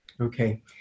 Okay